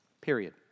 Period